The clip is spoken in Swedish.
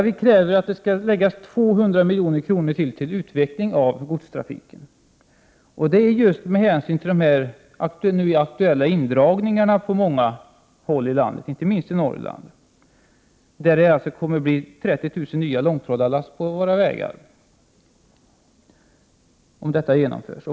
Vi kräver att det skall läggas ytterligare 200 milj.kr. på utveckling av godstrafiken. Det är just med hänsyn till de nu aktuella indragningarna på många håll i landet, inte minst i Norrland. Där kommer det att bli 30 000 nya långtradarlass på våra vägar, om indragningarna genomförs.